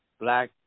Black